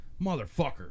Motherfucker